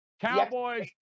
cowboys